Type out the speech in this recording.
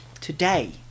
Today